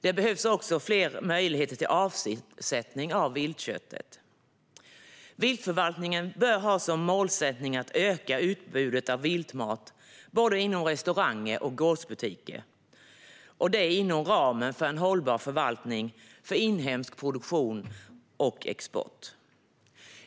Det behövs dessutom fler möjligheter till avsättning av viltköttet. Viltförvaltningen bör ha som målsättning att öka utbudet av viltmat inom både restauranger och gårdsbutiker, och det inom ramen för en hållbar förvaltning av inhemsk produktion och export.